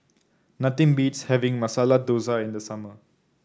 nothing beats having Masala Dosa in the summer